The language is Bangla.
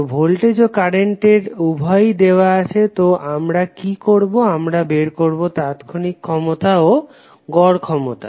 তো ভোল্টেজ ও কারেন্ট উভয়েই দেওয়া আছে তো আমরা কি করবো আমরা বের করবো তাৎক্ষণিক ক্ষমতা ও গড় ক্ষমতা